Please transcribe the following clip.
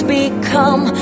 become